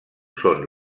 són